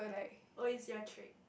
oh is your trick